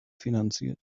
finanziert